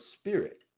spirit